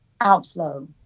outflow